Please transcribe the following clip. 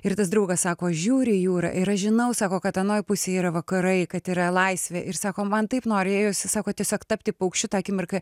ir tas draugas sako žiūri į jūrą ir aš žinau sako kad anoj pusėj yra vakarai kad yra laisvė ir sako man taip norėjosi sako tiesiog tapti paukščiu tą akimirką